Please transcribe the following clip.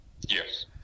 Yes